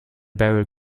barrel